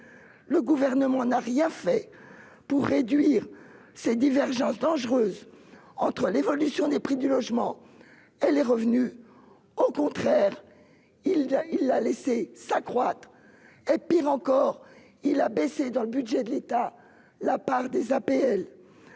Le Gouvernement n'a rien fait pour réduire ces divergences dangereuses entre l'évolution des prix du logement et les revenus. Au contraire, il les a laissées s'accroître. Pis encore, il a baissé la part des APL